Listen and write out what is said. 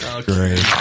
Great